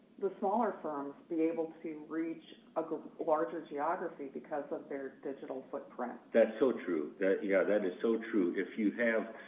the smaller firms, be able to reach a larger geography because of their digital footprint. that's so true. that yeah that is so true. if you have,